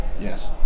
Yes